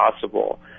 possible